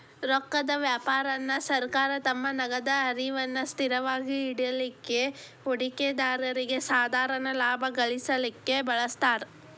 ರೊಕ್ಕದ್ ವ್ಯಾಪಾರಾನ ಸರ್ಕಾರ ತಮ್ಮ ನಗದ ಹರಿವನ್ನ ಸ್ಥಿರವಾಗಿಡಲಿಕ್ಕೆ, ಹೂಡಿಕೆದಾರ್ರಿಗೆ ಸಾಧಾರಣ ಲಾಭಾ ಗಳಿಸಲಿಕ್ಕೆ ಬಳಸ್ತಾರ್